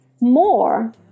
more